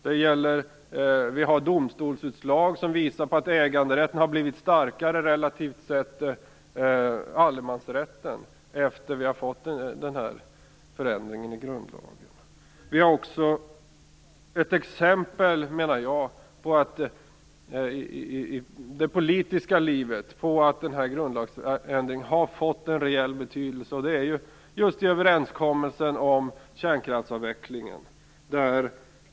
Det finns domstolsutslag som visar att äganderätten efter nämnda förändring i grundlagen har blivit starkare i förhållande till allemansrätten. Det finns enligt min mening också i det politiska livet exempel på att grundlagsändringen fått en reell betydelse. Det gäller då överenskommelsen om kärnkraftsavvecklingen.